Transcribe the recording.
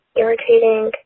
irritating